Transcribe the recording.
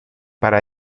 para